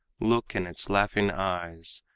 look in its laughing eyes,